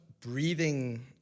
breathing